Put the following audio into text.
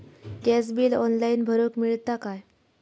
Gas bill online भरुक मिळता काय?